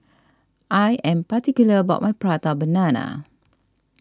I am particular about my Prata Banana